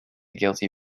guilty